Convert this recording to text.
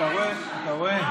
אתה רואה?